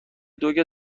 دوگ